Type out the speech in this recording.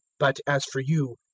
but, as for you,